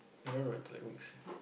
I'm not going to take weeks